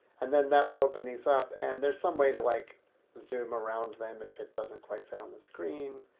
and then that will open these up and there's some way to like zoom around in them if it doesn't quite fit on the screen.